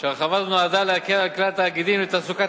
שההרחבה הזו נועדה להקל על "כלל התאגידים לתעסוקת